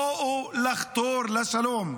בואו נחתור לשלום.